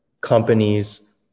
companies